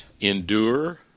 endure